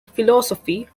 philosophy